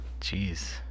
Jeez